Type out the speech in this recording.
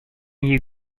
you